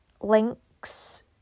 links